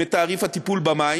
מתעריף הטיפול במים.